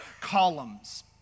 columns